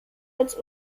als